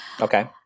Okay